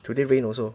today rain also